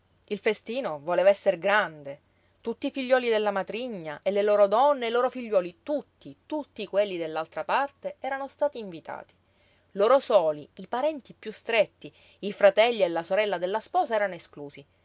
il festino voleva esser grande tutti i figliuoli della matrigna e le loro donne e i loro figliuoli tutti tutti quelli dell'altra parte erano stati invitati loro soli i parenti piú stretti i fratelli e la sorella della sposa erano esclusi